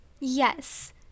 Yes